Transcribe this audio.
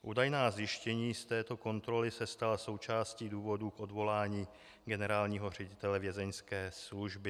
Údajná zjištění z této kontroly se stala součástí důvodů k odvolání generálního ředitele Vězeňské služby.